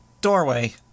Doorway